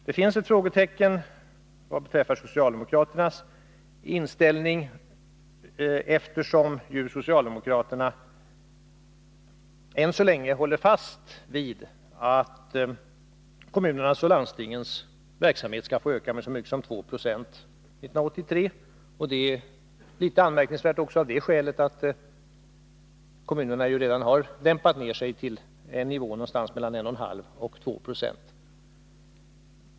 Det finns ett frågetecken vad beträffar socialdemokraternas inställning, eftersom ju socialdemokraterna än så länge håller fast vid att kommunernas och landstingens verksamhet skall få öka med så mycket som 2 920 1983. Det är litet anmärkningsvärt också av det 55 skälet att kommunerna redan har dämpat ökningstakten till en nivå som ligger någonstans mellan 1,5 och 2 96.